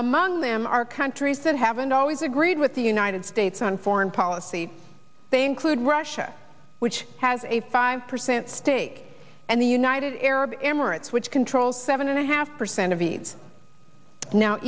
among them are countries that haven't always agreed with the united states on foreign policy they include russia which has a five percent stake and the united arab emirates which controls seven and a half percent of eads now